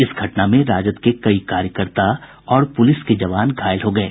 इस घटना में राजद के कई कार्यकर्ता और पुलिस के जवान घायल हो गये